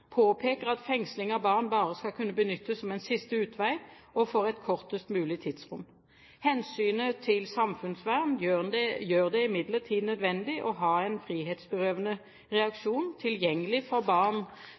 påpeker at fengsling av barn bare skal kunne benyttes som en siste utvei og for et kortest mulig tidsrom. Hensynet til samfunnsvern gjør det imidlertid nødvendig å ha en frihetsberøvende reaksjon tilgjengelig for barn